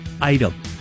item